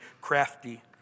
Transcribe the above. crafty